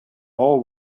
all